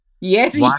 Yes